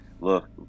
Look